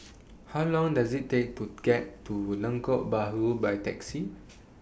How Long Does IT Take to get to Lengkok Bahru By Taxi